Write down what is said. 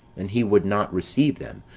and he would not receive them,